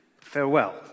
farewell